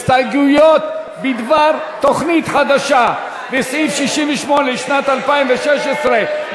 הסתייגויות בדבר תוכנית חדשה לסעיף 68 לשנת 2016,